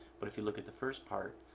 but if you look at the first part,